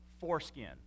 foreskin